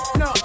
no